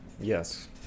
Yes